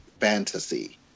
fantasy